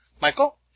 Michael